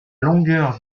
longueur